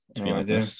idea